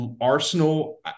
Arsenal